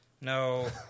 No